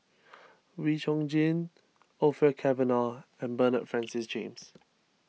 Wee Chong Jin Orfeur Cavenagh and Bernard Francis James